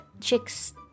chicks